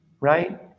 Right